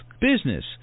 business